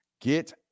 Get